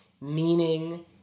meaning